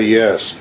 yes